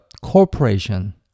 corporation